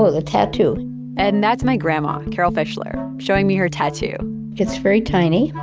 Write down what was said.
so the tattoo and that's my grandma carol fischler, showing me her tattoo it's very tiny.